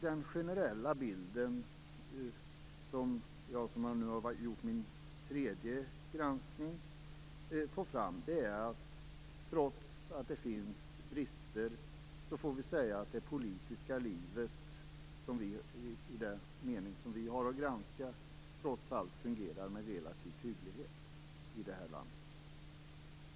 Den generella bild som jag, som nu har gjort min tredje granskning, får fram är att trots att det finns brister fungerar det politiska livet i den mening som vi har att granska det relativt hyggligt i det här landet.